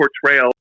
portrayal